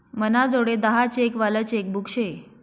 मनाजोडे दहा चेक वालं चेकबुक शे